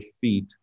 feet